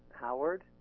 Howard